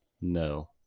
No